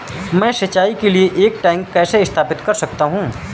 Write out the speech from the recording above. मैं सिंचाई के लिए एक टैंक कैसे स्थापित कर सकता हूँ?